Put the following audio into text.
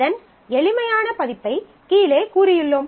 அதன் எளிமையான பதிப்பை கீழே கூறியுள்ளோம்